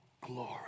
Glory